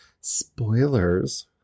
spoilers